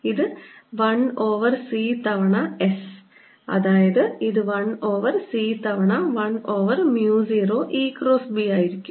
ഇത് 1 over c തവണ S അതായത് ഇത് 1 ഓവർ c തവണ 1 over mu 0 E cross B ആയിരിക്കും